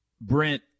Brent